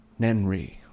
Nenri